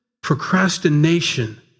procrastination